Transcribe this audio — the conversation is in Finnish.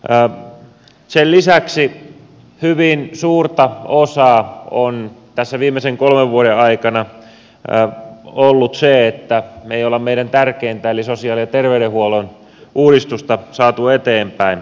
sen lisäksi hyvin suuri osa on tässä viimeisen kolmen vuoden aikana ollut sillä että me emme ole meidän tärkeintä tavoitetta eli sosiaali ja terveydenhuollon uudistusta saaneet eteenpäin